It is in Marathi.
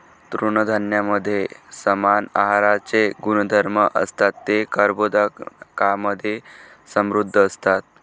तृणधान्यांमध्ये समान आहाराचे गुणधर्म असतात, ते कर्बोदकांमधे समृद्ध असतात